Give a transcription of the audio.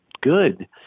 good